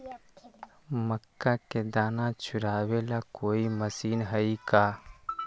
मक्का के दाना छुराबे ला कोई मशीन हई का?